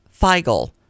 Feigl